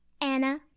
Anna